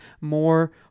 more